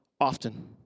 often